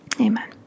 Amen